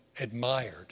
admired